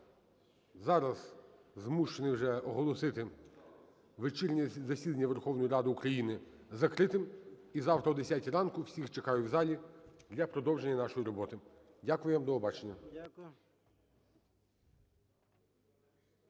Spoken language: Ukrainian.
Зараз змушений вже оголосити вечірнє засідання Верховної Ради України закритим. І завтра о 10 ранку всіх чекаю в залі для продовження нашої роботи. Дякую вам, до побачення.